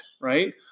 right